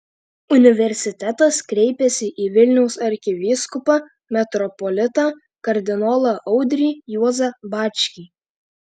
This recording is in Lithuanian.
universitetas kreipėsi į vilniaus arkivyskupą metropolitą kardinolą audrį juozą bačkį